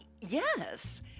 Yes